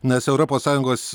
nes europos sąjungos